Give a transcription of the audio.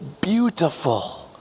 beautiful